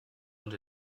und